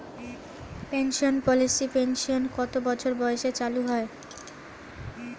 Pension পলিসির pension কত বছর বয়সে চালু হয়?